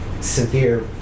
severe